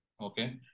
okay